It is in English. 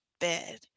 bed